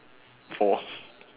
four